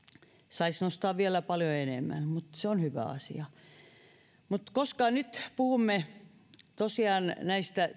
saisi nostaa vielä paljon enemmän mutta se on hyvä asia mutta koska nyt tänään puhumme tosiaan näistä